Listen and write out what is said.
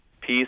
peace